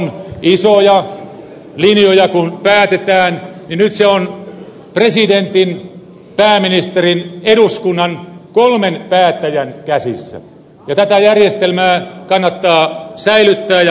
isoja linjoja kun päätetään niin nyt se on presidentin pääministerin eduskunnan kolmen päättäjän käsissä ja tätä järjestelmää kannattaa säilyttää ja varjella